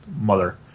mother